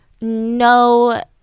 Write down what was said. no